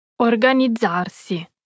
Organizzarsi